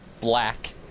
black